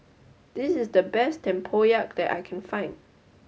this is the best Tempoyak that I can find